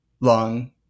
long